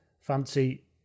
fancy